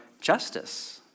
justice